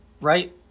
right